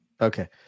Okay